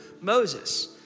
Moses